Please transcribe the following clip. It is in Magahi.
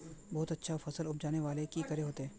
बहुत अच्छा फसल उपजावेले की करे होते?